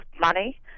money